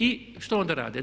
I što onda rade.